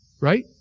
right